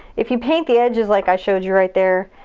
if you paint the edges like i showed you right there,